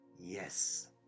yes